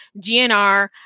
GNR